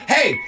Hey